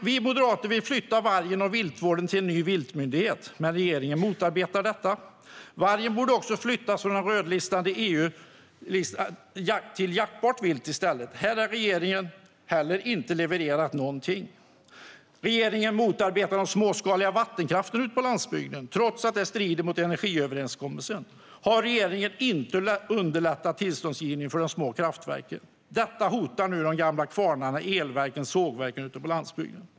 Vi moderater vill flytta vargfrågan och viltvården till en ny viltmyndighet, men regeringen motarbetar detta. Vargen borde också flyttas från EU:s rödlista till listan på jaktbart vilt. Inte heller här har regeringen levererat någonting. Regeringen motarbetar den småskaliga vattenkraften på landsbygden. Trots att det strider mot energiöverenskommelsen har regeringen inte underlättat tillståndsgivningen för de små kraftverken. Detta hotar nu de gamla kvarnarna, elverken och sågverken på landsbygden.